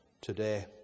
today